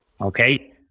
Okay